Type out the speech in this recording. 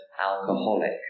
alcoholic